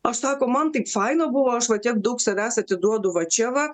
aš sako man taip faina buvo aš va tiek daug savęs atiduodu va čia va